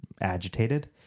agitated